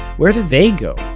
where do they go?